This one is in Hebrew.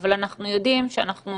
אבל אנחנו יודעים שאנחנו